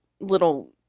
little